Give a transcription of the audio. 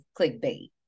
clickbait